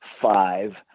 five